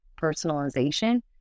personalization